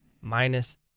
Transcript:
minus